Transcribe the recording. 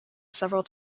several